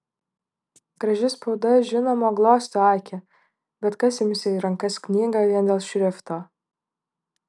graži spauda žinoma glosto akį bet kas ims į rankas knygą vien dėl šrifto